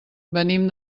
venim